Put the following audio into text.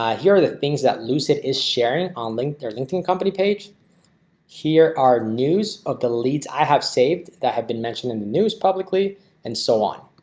here are the things that loose it is sharing on link. there's anything company page here are news of the leads. i have saved that have been mentioned in the news publicly and so on.